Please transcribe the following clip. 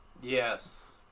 Yes